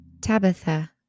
Tabitha